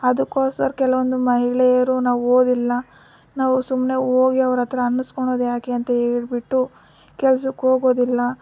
ಅದಕ್ಕೋಸ್ಕರ ಕೆಲವೊಂದು ಮಹಿಳೆಯರು ನಾವು ಓದಿಲ್ಲ ನಾವು ಸುಮ್ಮನೆ ಹೋಗಿ ಅವ್ರ ಹತ್ರ ಅನ್ನಸ್ಕೊಳೋದು ಯಾಕೆ ಅಂತ ಹೇಳಿಬಿಟ್ಟು ಕೆಲಸಕ್ಕೆ ಹೋಗೋದಿಲ್ಲ